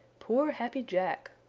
poor happy jack!